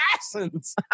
assassins